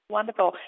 Wonderful